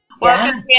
Welcome